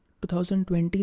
2020